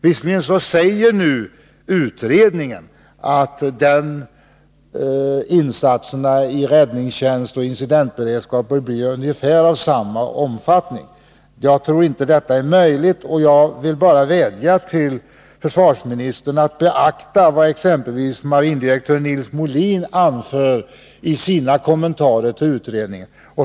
Visserligen säger nu utredningen att insatserna i räddningstjänst och incidentberedskap får bli av ungefär samma omfattning som tidigare. Jag tror inte att detta är möjligt, och jag vill bara vädja till försvarsministern att beakta vad exempelvis marindirektör Nils Molin anför i sina kommentarer till utredningen.